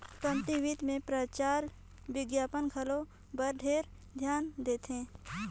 company बित मे परचार बिग्यापन घलो बर ढेरे धियान देथे